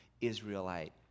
Israelite